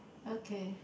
okay